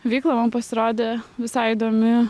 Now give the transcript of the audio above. veikla man pasirodė visai įdomi